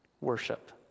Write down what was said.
Worship